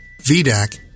VDAC